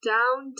Down